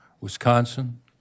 Wisconsin